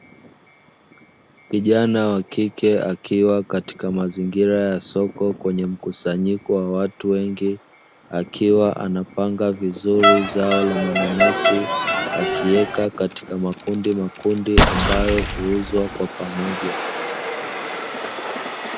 Kijana wa kike akiwa katika mazingira ya soko kwenye mkusanyiko wa watu wengi, akiwa anapanga vizuri zao la mananasi, akiweka katika makundimakundi ambayo huuzwa kwa pamoja.